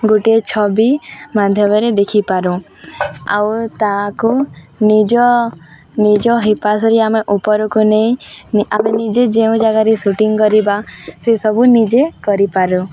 ଗୋଟିଏ ଛବି ମାଧ୍ୟମରେ ଦେଖିପାରୁ ଆଉ ତାହାକୁ ନିଜ ନିଜ ଆମେ ଉପରକୁ ନେଇ ଆମେ ନିଜେ ଯେଉଁ ଜାଗାରେ ସୁଟିଙ୍ଗ କରିବା ସେସବୁ ନିଜେ କରିପାରୁ